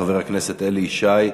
חבר הכנסת אלי ישי.